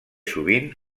sovint